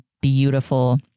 beautiful